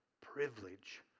privilege